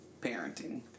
parenting